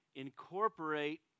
incorporate